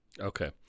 Okay